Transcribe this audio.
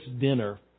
dinner